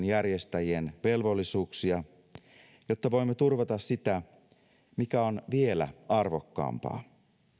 järjestäjien velvollisuuksia jotta voimme turvata sitä mikä on vielä arvokkaampaa